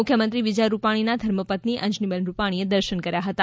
મુખ્યમંત્રી વિજય રૂપાણીના ધર્મપત્ની અંજલીબેન રૂપાણી એ દર્શન કર્યા હતા